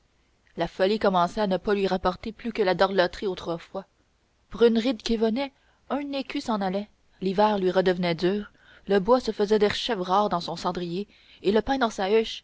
la folie commençait à ne pas lui rapporter plus que la doreloterie autrefois pour une ride qui venait un écu s'en allait l'hiver lui redevenait dur le bois se faisait derechef rare dans son cendrier et le pain dans sa